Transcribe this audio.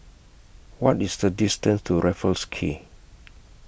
What IS The distance to Raffles Quay